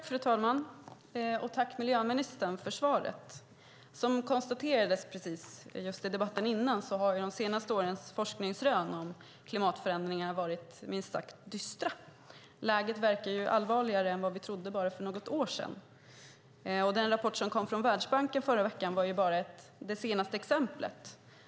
Fru talman! Tack, miljöministern, för svaret. Som konstaterades i den tidigare debatten har de senaste årens forskningsrön om klimatförändringarna varit minst sagt dystra. Läget verkar vara allvarligare än vi trodde för bara något år sedan. Den rapport som kom från Världsbanken förra veckan var bara det senaste exemplet.